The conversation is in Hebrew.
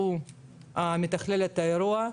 שהוא מתכלל את האירוע.